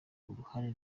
uruhare